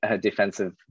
defensive